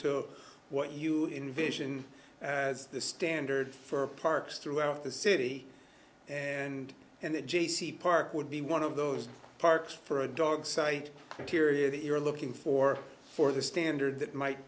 to what you invision the standard for parks throughout the city and in that j c park would be one of those parks for a dog site period that you're looking for for the standard that might